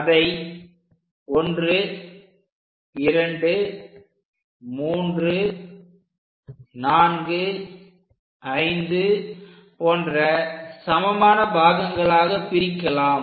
அதை 12345 போன்ற சமமான பாகங்களாக பிரிக்கலாம்